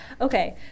Okay